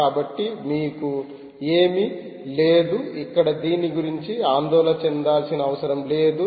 కాబట్టి మీకు ఏమీ లేదు ఇక్కడ దీని గురించి ఆందోళన చెందాల్సిన అవసరం లేదు